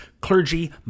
clergy